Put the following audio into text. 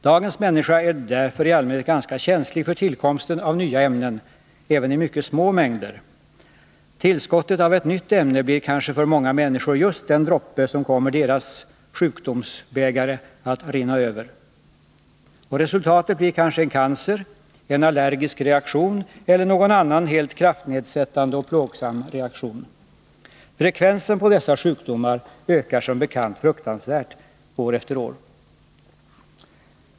Dagens människa är därför i allmänhet ganska känslig för tillkomsten av nya ämnen — även i mycket små mängder. Tillskottet av ett nytt ämne blir kanske för många människor just den droppe som kommer deras ”sjukdomsbägare” att rinna över. Resultatet blir kanske en cancer, en allergisk reaktion eller någon annan helt kraftnedsättande och plågsam reaktion. Frekvensen av dessa sjukdomar ökar som bekant fruktansvärt, år efter år.